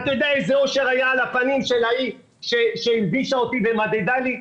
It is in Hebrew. אתה יודע איזה אושר היה על הפנים של ההיא שהלבישה אותי ומדדה לי?